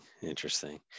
Interesting